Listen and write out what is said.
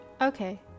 Okay